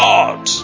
God